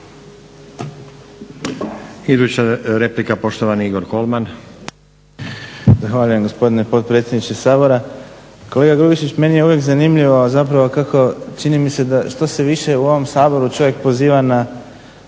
Iduća replika poštovani Igor Kolman. **Kolman, Igor (HNS)** Zahvaljujem gospodine potpredsjedniče Sabora. Kolega Grubišić meni je uvijek zanimljivo a zapravo što se više u ovom Saboru čovjek poziva na